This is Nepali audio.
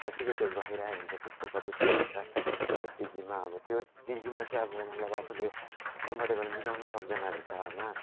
जतिको त्यो गहिराइ हुन्छ त्यसको कति फिट हुन्छ त्यो डिगीमा अब त्यो डिगीमा चाहिँ अब आफूले कम्फर्टेबल मिलाउन सक्दैन रहेछ होइन